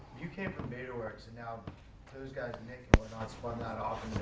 you came from betaworks and now those guys nick and whatnot spun that off